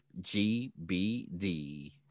GBD